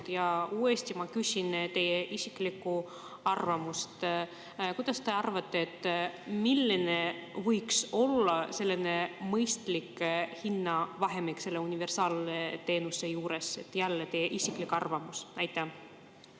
uuesti teie isiklikku arvamust. Kuidas te arvate, milline võiks olla selline mõistlik hinnavahemik selle universaalteenuse juures, jälle teie isiklik arvamus? Aitäh